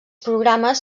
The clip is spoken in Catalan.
programes